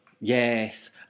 Yes